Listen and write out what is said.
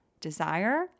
desire